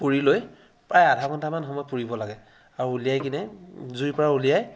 পুৰি লৈ প্ৰায় আধা ঘণ্টামান সময় পুৰিব লাগে আৰু উলিয়াইকেনে জুই পৰা উলিয়াই